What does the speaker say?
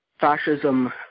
fascism